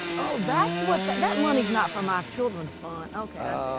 oh that's what, that that money's not from our children's fund. okay,